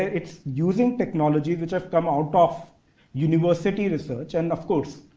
it's using technology, which have come out of university research. and of course,